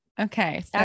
Okay